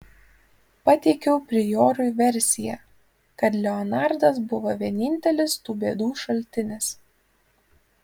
pateikiau priorui versiją kad leonardas buvo vienintelis tų bėdų šaltinis